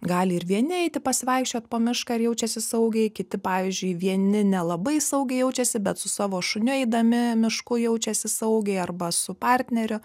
gali ir vieni eiti pasivaikščiot po mišką ir jaučiasi saugiai kiti pavyzdžiui vieni nelabai saugiai jaučiasi bet su savo šuniu eidami mišku jaučiasi saugiai arba su partneriu